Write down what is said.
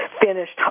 finished